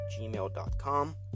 gmail.com